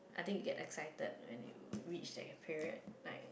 I think you get excited when you reach that period like